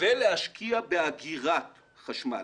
ולהשקיע באגירת חשמל.